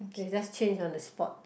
they just change on the spot